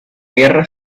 guerra